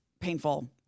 painful